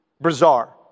bizarre